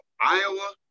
Iowa